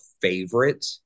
favorite